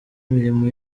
mirimo